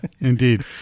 Indeed